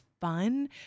fun